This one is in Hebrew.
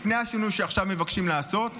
לפני השינוי שעכשיו מבקשים לעשות,